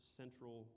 central